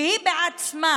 שהיא בעצמה